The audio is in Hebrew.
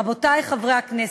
רבותי חברי הכנסת,